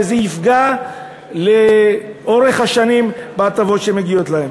וזה יפגע לאורך השנים בהטבות שמגיעות להם.